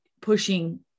pushing